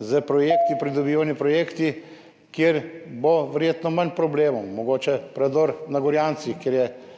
s pridobivanjem projektov, kjer bo verjetno manj problemov, mogoče predor na Gorjancih,